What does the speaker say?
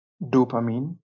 dopamine